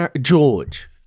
George